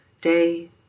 day